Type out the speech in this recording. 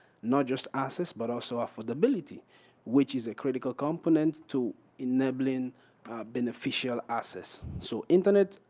not just access but also affordability which is a critical compliment to enabling beneficial assets. so internet,